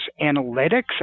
analytics